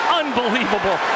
unbelievable